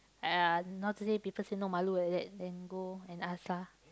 !aiya! not to say people say not malu like that then go and ask lah